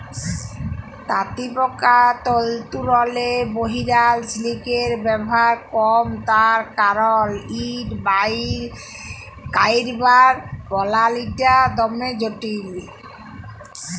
তাঁতিপকার তল্তুরলে বহিরাল সিলিকের ব্যাভার কম তার কারল ইট বাইর ক্যইরবার পলালিটা দমে জটিল